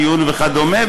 דיון וכדומה,